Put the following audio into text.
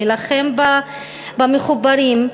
להילחם במחוברים.